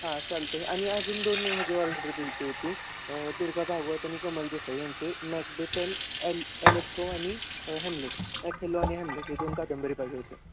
हां चालतं आहे आणि अजून दोन ह्याची ऑर्डर द्यायची होती दुर्गा भागवत आणि कमल देसाई यांचं एक मॅकबेथन एल एलेथो आनि हॅमलेट ॲथेलो आणि हॅमलेट हे दोन कादंबरी पाहिजे होते